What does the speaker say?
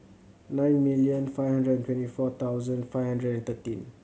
nine million five hundred and twenty four thousand five hundred and thirteen